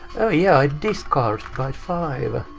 oh yeah, it discards byte five.